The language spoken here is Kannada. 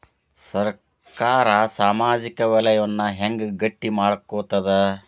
ಸರ್ಕಾರಾ ಸಾಮಾಜಿಕ ವಲಯನ್ನ ಹೆಂಗ್ ಗಟ್ಟಿ ಮಾಡ್ಕೋತದ?